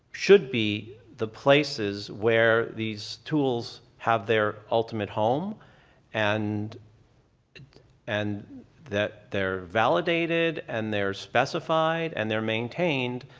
should be the places where these tools have their ultimate home and and that they're validated and they're specified, and they're maintained,